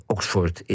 Oxford